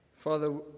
Father